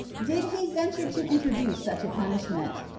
did he venture to introduce such a punishment.